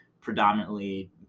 predominantly